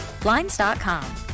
Blinds.com